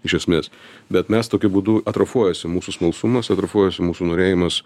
iš esmės bet mes tokiu būdu atrofuojasi mūsų smalsumas atrofuojasi mūsų norėjimas